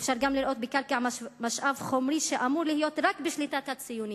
אפשר גם לראות בקרקע משאב חומרי שאמור להיות רק בשליטת הציונים,